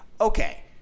Okay